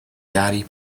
daddy